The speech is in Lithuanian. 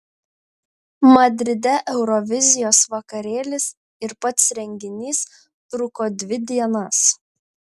madride eurovizijos vakarėlis ir pats renginys truko dvi dienas